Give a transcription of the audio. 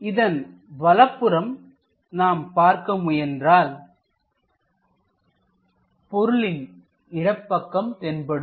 இதன் வலப்புறம் நாம் பார்க்க முயன்றால்ஒரு பொருளின் இடது பக்கம் தென்படும்